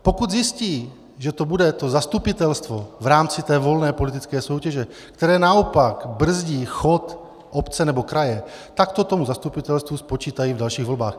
Pokud zjistí, že to bude to zastupitelstvo v rámci té volné politické soutěže, které naopak brzdí chod obce nebo kraje, tak to tomu zastupitelstvu spočítají v dalších volbách.